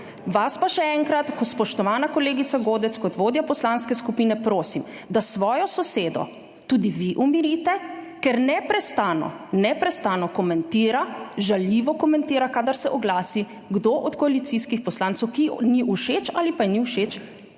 Vas pa še enkrat, spoštovana kolegica Godec, kot vodjo poslanske skupine prosim, da svojo sosedo tudi vi umirite, ker neprestano, neprestano komentira, žaljivo komentira, kadar se oglasi kdo od koalicijskih poslancev, ki ji ni všeč ali pa ji ni všeč